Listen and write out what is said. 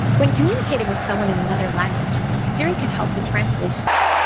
when communicating with someone in another language, siri can help with translations.